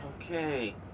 okay